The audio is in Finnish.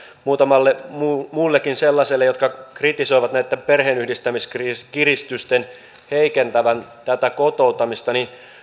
muutamalle muullekin sellaiselle jotka kritisoivat näitten perheenyhdistämiskiristysten heikentävän kotouttamista